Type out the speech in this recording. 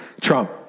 Trump